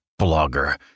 blogger